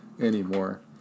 anymore